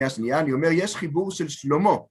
‫השניה, אני אומר, יש חיבור של שלמה.